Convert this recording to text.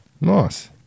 Nice